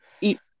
eat